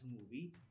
movie